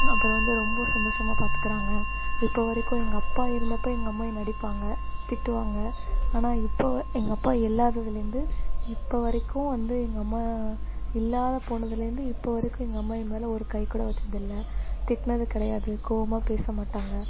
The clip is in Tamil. அப்புறம் வந்து ரொம்ப சந்தோஷமாக பார்த்துக்குறாங்க இப்போ வரைக்கும் எங்கள் அப்பா இருந்தப்போ எங்கள் அம்மா என்ன அடிப்பாங்கள் திட்டுவாங்கள் ஆனால் இப்போ எங்கள் அப்பா இல்லாததுலேருந்து இப்போ வரைக்கும் வந்து எங்கள் அம்மா இல்லாத போனதுலேருந்து இப்போது வரைக்கும் எங்கள் அம்மா என் மேலே ஒரு கை கூட வச்சதில்லை திட்டினது கிடையாது கோவமாக பேசமாட்டாங்கள்